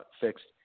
fixed